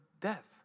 death